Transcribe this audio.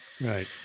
Right